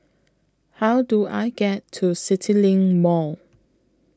How Do I get to CityLink Mall